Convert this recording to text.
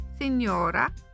signora